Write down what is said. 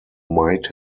might